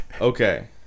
Okay